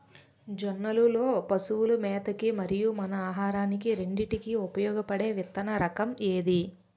జొన్నలు లో పశువుల మేత కి మరియు మన ఆహారానికి రెండింటికి ఉపయోగపడే విత్తన రకం ఏది?